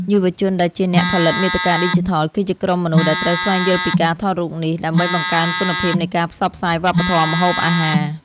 យុវជនដែលជា អ្នកផលិតមាតិកាឌីជីថល គឺជាក្រុមមនុស្សដែលត្រូវស្វែងយល់ពីការថតរូបនេះ ដើម្បីបង្កើនគុណភាពនៃការផ្សព្វផ្សាយវប្បធម៌ម្ហូបអាហារ។